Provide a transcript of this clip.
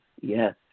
yes